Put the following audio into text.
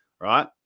right